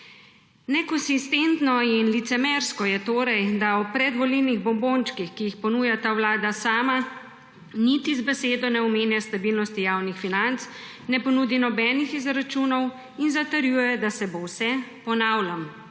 Nekonsistentno in licemersko je torej, da v predvolilnih bombončkih, ki jih ponuja ta vlada sama, niti z besedo ne omenja stabilnosti javnih financ, ne ponudi nobenih izračunov in zatrjuje, da se bo vse, ponavljam,